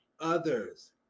others